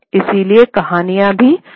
इसलिए कहानीया भी लखनऊ चली गई